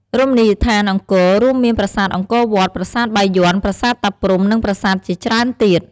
រមណីយដ្ឋានអង្គរ រួមមានប្រាសាទអង្គរវត្ត ប្រាសាទបាយ័ន ប្រាសាទតាព្រហ្ម និងប្រាសាទជាច្រើនទៀត។